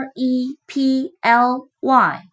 Reply